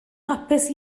hapus